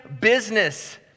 business